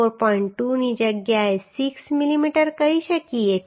2 ની જગ્યાએ 6 મીમી કહી શકીએ છીએ